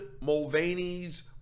Mulvaney's